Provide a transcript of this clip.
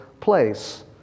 place